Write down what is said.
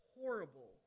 horrible